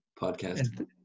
Podcast